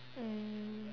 mm